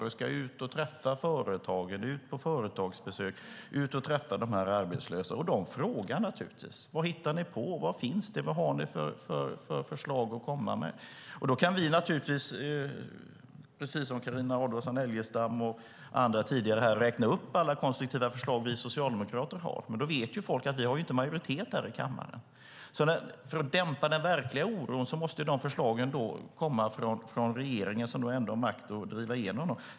Vi ska ut till företagen, ut på företagsbesök, ut och träffa de arbetslösa människorna. De frågar naturligtvis: Vad hittar ni på? Vad finns det? Vad har ni för förslag att komma med? Då kan vi naturligtvis, precis som Carina Adolfsson Elgestam och andra tidigare har gjort, räkna upp alla konstruktiva förslag som vi socialdemokrater har. Men folk vet ju att vi inte har majoritet här i kammaren. För att dämpa den verkliga oron måste de förslagen komma från regeringen, som ändå har makt att driva igenom dem.